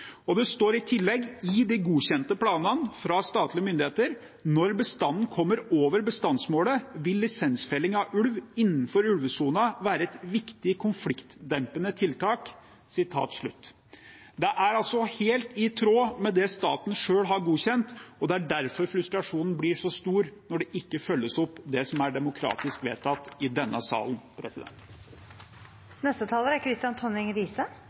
I tillegg står det i de godkjente planene fra statlige myndigheter: «Når bestanden kommer over bestandsmålet, vil lisensfelling av ulv innenfor ulvesona være et viktig konfliktdempende tiltak.» Dette er altså helt i tråd med det som staten selv har godkjent. Det er derfor frustrasjonen blir så stor når det som er demokratisk vedtatt i denne salen, ikke følges opp. Jeg tror de fleste i denne salen er